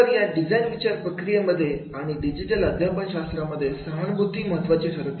तर या डिझाईन विचार प्रक्रियामध्ये आणि डिजिटल अध्यापन शास्त्रांमध्ये सहानभूती महत्त्वाचे ठरत आहे